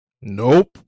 Nope